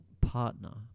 partner